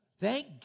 Thank